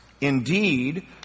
Indeed